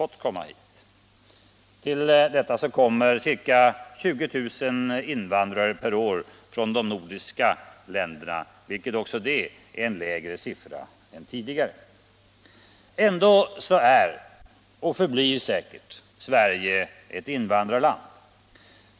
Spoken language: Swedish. Till detta kommer ca 20 000 invandrare per år från de nordiska länderna, vilket också det är en lägre siffra än tidigare. Ändå är och förblir Sverige ett invandrarland.